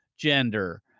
Gender